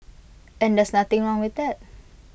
and there's nothing wrong with that